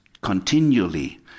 continually